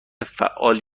فعال